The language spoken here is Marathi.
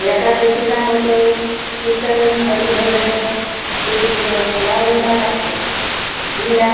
एकादशीला मग कीर्तन हरीभजन हे वाळवंटात असते दिंड्या